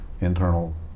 internal